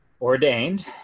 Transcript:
ordained